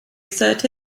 asserted